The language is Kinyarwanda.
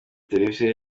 televiziyo